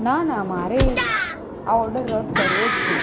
ના ના મારે આ ઓર્ડર રદ કરવો જ છે